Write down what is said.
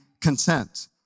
content